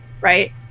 right